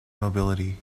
mobility